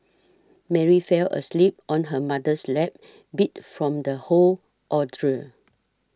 Mary fell asleep on her mother's lap beat from the whole ordeal